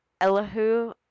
Elihu